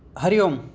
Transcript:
Hari Om